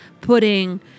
putting